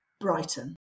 Brighton